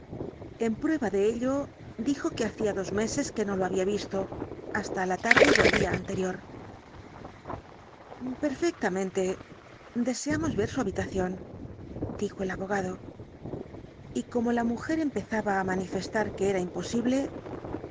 en prueba de ello dijo que hacía dos meses que no lo había visto hasta la tarde del día anterior perfectamente deseamos ver su habitación dijo el abogado y como la mujer empezaba á manifestar que era imposible